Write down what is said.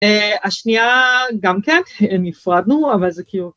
השנייה גם כן, נפרדנו, אבל זה כאילו...